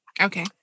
Okay